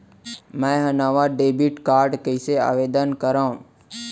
मै हा नवा डेबिट कार्ड बर कईसे आवेदन करव?